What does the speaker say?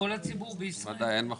לכל הציבור בישראל.